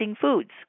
foods